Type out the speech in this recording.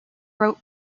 wrote